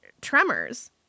tremors